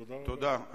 תודה.